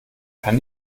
kann